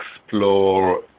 explore